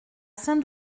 saint